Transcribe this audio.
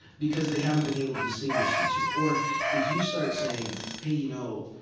because they haven't been able to distinguish the two. or if you start saying, hey, you know,